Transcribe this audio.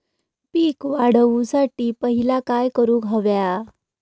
पीक वाढवुसाठी पहिला काय करूक हव्या?